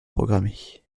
programmée